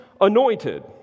anointed